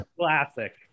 Classic